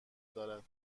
دارد